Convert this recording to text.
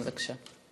בבקשה.